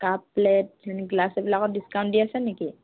cup plate glass এইবিলাকত discount দি আছে নেকি